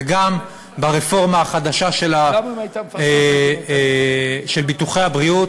גם ברפורמה החדשה של ביטוחי הבריאות